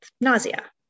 nausea